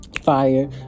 fire